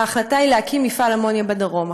וההחלטה היא להקים מפעל אמוניה בדרום.